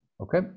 okay